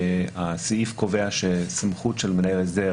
הסעיף קובע שסמכות של מנהל הסדר